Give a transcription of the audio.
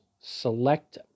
Select